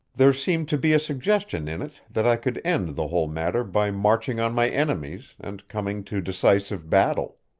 there seemed to be a suggestion in it that i could end the whole matter by marching on my enemies, and coming to decisive battle.